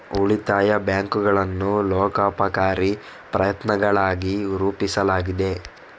ಉಳಿತಾಯ ಬ್ಯಾಂಕುಗಳನ್ನು ಲೋಕೋಪಕಾರಿ ಪ್ರಯತ್ನಗಳಾಗಿ ರೂಪಿಸಲಾಗಿದೆ